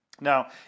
Now